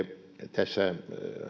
tässä